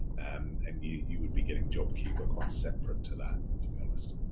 um and you you would be getting jobkeeper quite separate to that, to be honest.